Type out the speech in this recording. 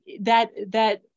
that—that